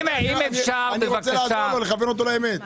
אני רוצה לעזור ולכוון אותו לאמת.